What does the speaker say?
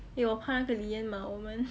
eh 我怕哪个 leah 骂我们